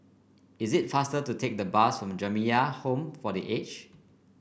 it is faster to take the bus to Jamiyah Home for The Aged